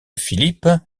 philipp